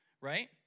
right